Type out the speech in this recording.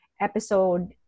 episode